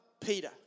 Peter